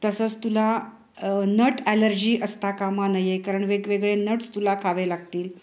तसंस तुला nut allergy असता कामा नाही आहे कारण वेगवेगळे नट्स तुला खावे लागतील